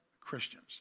Christians